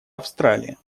австралия